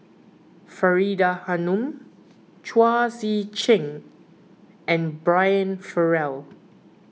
Faridah Hanum Chao Tzee Cheng and Brian Farrell